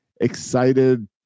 excited